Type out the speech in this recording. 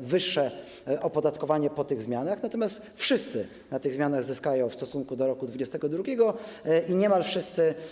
wyższe opodatkowanie po tych zmianach, natomiast wszyscy na tych zmianach zyskają w stosunku do roku 2022.